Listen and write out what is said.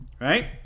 right